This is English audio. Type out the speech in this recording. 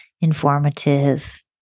informative